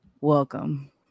Welcome